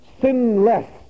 sinless